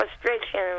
frustration